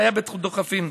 שהיה בדוחפים.